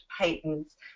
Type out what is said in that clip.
patents